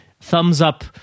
thumbs-up